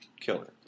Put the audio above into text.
Killer